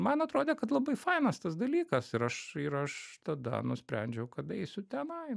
man atrodė kad labai fainas tas dalykas ir aš ir aš tada nusprendžiau kad eisiu tenai